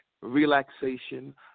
relaxation